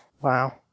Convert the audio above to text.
Wow